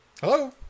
Hello